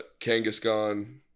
Kangaskhan